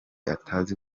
atazi